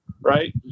Right